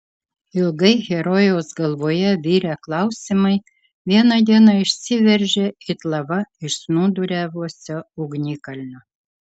ilgai herojaus galvoje virę klausimai vieną dieną išsiveržė it lava iš snūduriavusio ugnikalnio